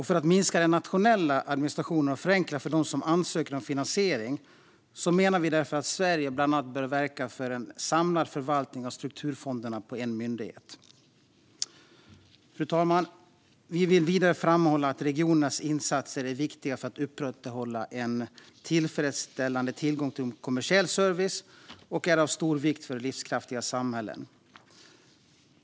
För att minska den nationella administrationen och förenkla för dem som ansöker om finansiering menar vi därför att Sverige bland annat bör verka för en samlad förvaltning av strukturfonderna på en myndighet. Fru talman! Vi vill vidare framhålla att regionernas insatser är viktiga för att upprätthålla en tillfredsställande tillgång till kommersiell service och är av stor vikt för livskraftiga samhällen.